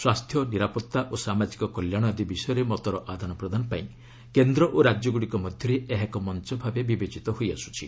ସ୍ୱାସ୍ଥ୍ୟ ନିରାପତ୍ତା ଓ ସାମାଜିକ କଲ୍ୟାଣ ଆଦି ବିଷୟରେ ମତର ଆଦାନ ପ୍ରଦାନ ପାଇଁ କେନ୍ଦ୍ର ଓ ରାଜ୍ୟଗୁଡ଼ିକ ମଧ୍ୟରେ ଏହା ଏକ ମଞ୍ଚ ଭାବେ ବିବେଚିତ ହୋଇଆସୁଛି